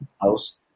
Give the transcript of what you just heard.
house